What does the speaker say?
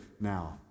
now